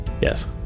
yes